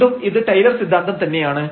വീണ്ടും ഇത് ടൈലർ സിദ്ധാന്തം തന്നെയാണ്